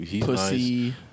Pussy